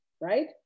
right